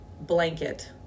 blanket